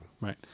Right